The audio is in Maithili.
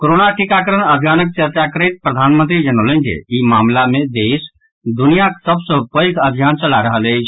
कोरोना टीकाकरण अभियानक चर्चा करैत प्रधानमंत्री जनौलनि जे ई मामिला मे देश दुनियाक सभसॅ पैध अभियान चला रहल अछि